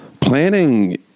Planning